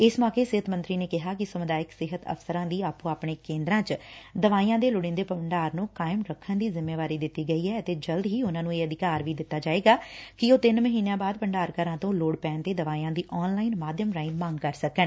ਇਸ ਮੌਕੇ ਸਿਹਤ ਮੰਤਰੀ ਨੇ ਕਿਹਾ ਕਿ ਸਮੁਦਾਇਕ ਸਿਹਤ ਅਫਸਰਾਂ ਦੀ ਆਪੋ ਆਪਣੇ ਕੇਂਦਰਾਂ ਚ ਦਵਾਈਆਂ ਦੇ ਲੋੜੀਦੇ ਭੰਡਾਰ ਨੂੰ ਕਾਇਮ ਰੱਖਣ ਦੀ ਜਿੰਮੇਦਾਰੀ ਦਿੱਤੀ ਗਈ ਐ ਅਤੇ ਜਲਦੀ ਹੀ ਉਨੂੰ ਨੂੰ ਇਹ ਅਧਿਕਾਰ ਵੀ ਦਿੱਤਾ ਜਾਵੇਗਾ ਕਿ ਉਹ ਤਿੰਨ ਮਹੀਨਿਆਂ ਬਾਅਦ ਭੰਡਾਰ ਘਰਾਂ ਤੋਂ ਲੋੜ ਪੈਣ ਤੇ ਦਵਾਈਆਂ ਦੀ ਆਨ ਲਾਈਨ ਮਾਧਿਅਮ ਰਾਹੀਂ ਮੰਗ ਕਰ ਸਕਣ